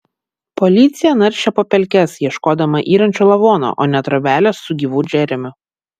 policija naršė po pelkes ieškodama yrančio lavono o ne trobelės su gyvu džeremiu